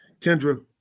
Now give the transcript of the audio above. Kendra